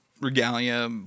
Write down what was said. regalia